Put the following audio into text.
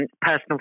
personal